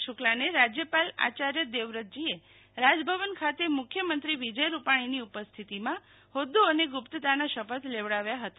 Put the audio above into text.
શુક્લાને રાજ્યપાલશ્રી આચાર્ય દેવવ્રતજીએ રાજભવન ખાતે મુખ્યમંત્રીશ્રી વિજય રૂપાણીની ઉપસ્થિતિમાં હોદ્દો અને ગુપ્તતાના શપથ લેવડાવ્યા હતા